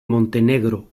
montenegro